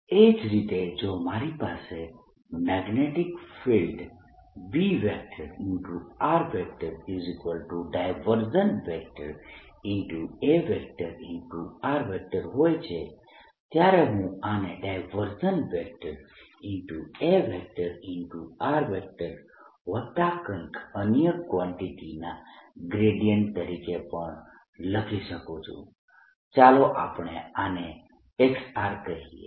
B0 BA એ જ રીતે જો મારી પાસે મેગ્નેટીક ફિલ્ડ B A હોય છે ત્યારે હું આને A વત્તા કંઈક અન્ય કવાન્ટીટીના ગ્રેડિયન્ટ તરીકે પણ લખી શકું છું ચાલો આપણે આને r કહીએ